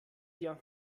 dir